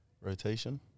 Rotation